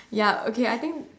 ya okay I think